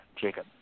Jacob